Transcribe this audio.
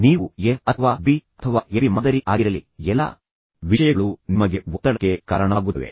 ಹೀಗೆ ಇತ್ಯಾದಿಗಳು ಆದ್ದರಿಂದ ನೀವು ಎ ಅಥವಾ ಬಿ ಆಗಿರಲಿ ಅಥವಾ ಎಬಿ ಮಾದರಿ ಆಗಿರಲಿ ಎಲ್ಲಾ ವಿಷಯಗಳು ನಿಮಗೆ ಒತ್ತಡಕ್ಕೆ ಕಾರಣವಾಗುತ್ತವೆ